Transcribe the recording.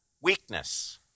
weakness